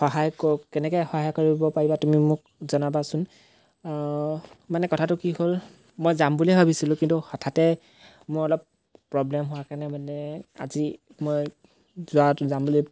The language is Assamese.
সহায় কেনেকৈ সহায় কৰিব পাৰিবা তুমি মোক জনাবাচোন মানে কথাটো কি হ'ল মই যাম বুলিয়েই ভাবিছিলোঁ কিন্তু হঠাতে মোৰ অলপ প্ৰব্লেম হোৱাৰ কাৰণে মানে আজি মই যোৱাটো যাম বুলি